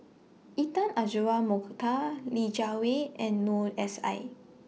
Intan Azura Mokhtar Li Jiawei and Noor S I